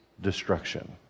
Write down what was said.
destruction